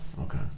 Okay